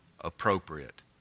appropriate